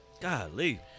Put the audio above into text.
Golly